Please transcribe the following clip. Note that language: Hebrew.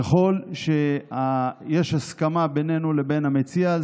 ככל שיש הסכמה בינינו לבין המציע,